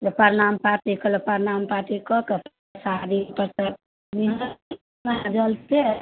जे प्रणाम पाती करऽ प्रणाम पाती कऽ कऽ परसादी सबके निहुँछि देलहुँ जलसँ